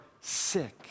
sick